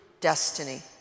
destiny